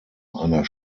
einer